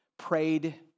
prayed